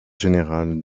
général